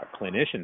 clinician